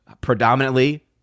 predominantly